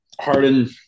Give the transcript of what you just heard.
Harden